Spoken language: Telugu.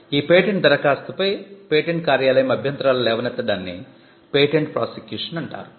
ఈ పేటెంట్ ధరఖాస్తుపై పేటెంట్ కార్యాలయం అభ్యంతరాలు లేవనెత్తడాన్ని పేటెంట్ ప్రాసిక్యూషన్ అంటారు